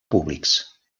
públics